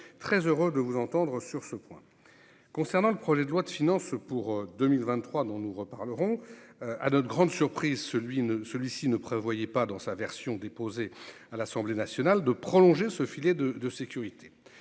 très heureux de vous entendre sur ce point, concernant le projet de loi de finances pour 2023, dont nous reparlerons, à notre grande surprise, celui, celui-ci ne prévoyait pas, dans sa version déposée à l'Assemblée nationale de prolonger ce filet de de sécurité